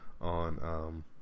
on